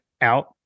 out